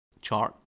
chart